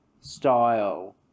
style